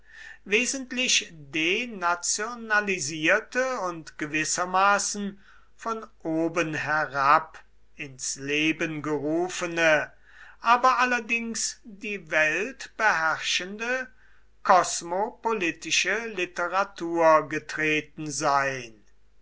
wesentlich denationalisierte und gewissermaßen von oben herab ins leben gerufene aber allerdings die welt beherrschende kosmopolitische literatur getreten sein